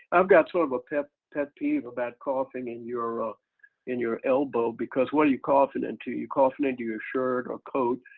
i've got sort of a pet pet peeve about coughing in your ah in your elbow because what are you coughing into? you're coughing into your shirt or coat,